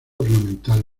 ornamental